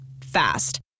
Fast